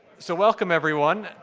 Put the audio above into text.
so welcome, everyone.